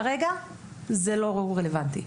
כרגע זה לא רלוונטי.